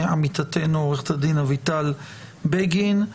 עמיתתנו עוה"ד אביטל בגין.